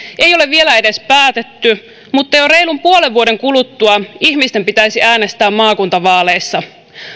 ei ole vielä edes päätetty mutta jo reilun puolen vuoden kuluttua ihmisten pitäisi äänestää maakuntavaaleissa